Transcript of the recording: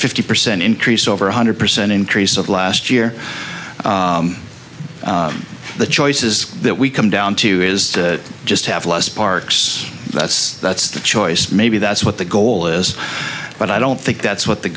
fifty percent increase over one hundred percent increase of last year the choices that we come down to is just have less parks that's that's the choice maybe that's what the goal is but i don't think that's what the